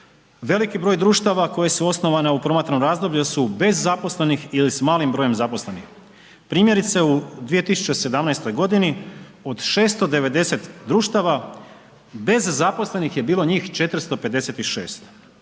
Veliki broj društva koje su osnovane u promatranom razdoblju, su bez zaposlenih ili s malim brojem zaposlenih. Primjerice u 2017. g. od 690 društva, bez zaposlenih je bilo njih 456.